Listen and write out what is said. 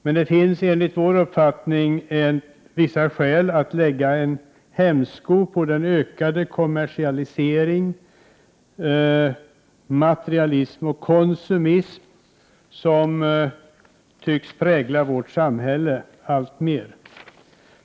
Men det finns enligt vår uppfattning vissa skäl att lägga en hämsko på den ökade kommersialisering, materialism och konsumism som alltmer tycks prägla vårt samhälle.